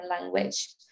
language